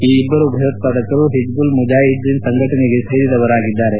ಈ ಇಬ್ಲರೂ ಭಯೋತ್ವಾದಕರು ಹಿಜ್ಲಲ್ ಮುಜಾಹಿದ್ದೀನ್ ಸಂಘಟನೆಗೆ ಸೇರಿದವರಾಗಿದ್ದಾರೆ